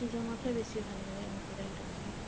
চিজনতহে বেছি ভাল লাগে মাটি দাইলটো খাই